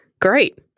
Great